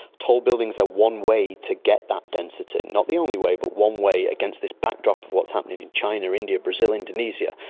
tall buildings are ah one way to get that density, not the only way but one way against this backdrop of what's happening in china, india, brazil, indonesia.